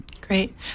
Great